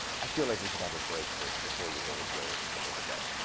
i feel like we should have a break first before you hear the greatest clip of the day